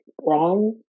wrong